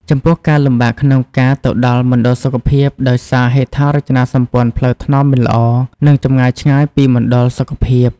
ចំពោះការលំបាកក្នុងការទៅដល់មណ្ឌលសុខភាព ដោយសារហេដ្ឋារចនាសម្ព័ន្ធផ្លូវថ្នល់មិនល្អ និងចម្ងាយឆ្ងាយពីរមណ្ឌលសុខភាព។